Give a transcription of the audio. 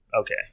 Okay